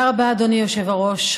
תודה רבה, אדוני היושב-ראש.